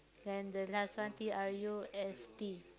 then the last one T R U S T